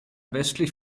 westlich